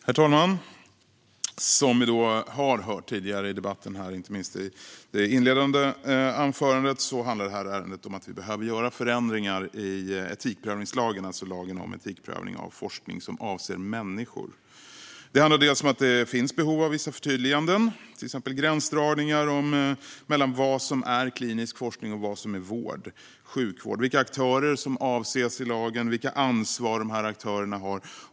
Herr talman! Som vi har hört tidigare i debatten, inte minst i det inledande anförandet, handlar ärendet om att vi behöver göra förändringar i lagen om etikprövning av forskning som avser människor. Det finns behov av vissa förtydliganden, till exempel gränsdragningar mellan vad som är klinisk forskning och vad som är sjukvård, vilka aktörer som avses i lagen och vilket ansvar de aktörerna har.